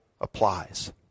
applies